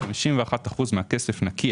51% מהכסף נקי,